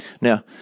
Now